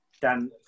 Dan